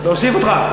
להוסיף אותך?